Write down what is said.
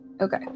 Okay